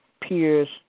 peers